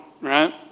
Right